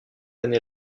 année